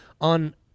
on